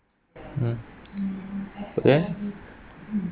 mm but then